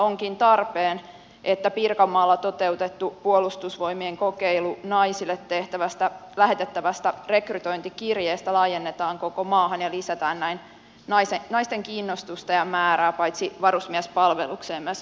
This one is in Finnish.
onkin tarpeen että pirkanmaalla toteutettu puolustusvoimien kokeilu naisille lähetettävästä rekrytointikirjeestä laajennetaan koko maahan ja lisätään näin naisten kiinnostusta ja määrää paitsi varusmiespalvelukseen myös kriisinhallintaoperaatioihin